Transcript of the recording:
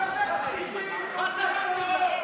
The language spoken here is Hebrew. כלום לא תרמתם.